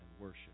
worship